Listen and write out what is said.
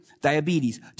diabetes